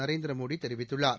நரேந்திரமோடி தெரிவித்துள்ளார்